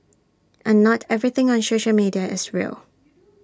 and not everything on social media is real